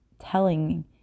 telling